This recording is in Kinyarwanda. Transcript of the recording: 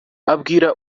ubwire